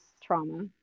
trauma